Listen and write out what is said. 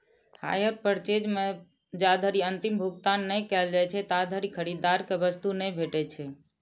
hire purchase मे जाधरि अंतिम भुगतान नहि कैल जाइ छै, ताधरि खरीदार कें वस्तु नहि भेटै छै